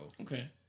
Okay